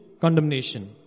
condemnation